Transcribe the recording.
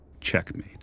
Checkmate